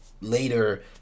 later